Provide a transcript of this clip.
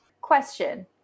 Question